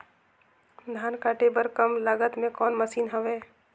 धान काटे बर कम लागत मे कौन मशीन हवय?